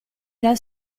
dal